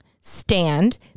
stand